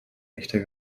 echter